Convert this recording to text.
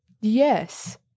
Yes